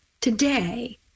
today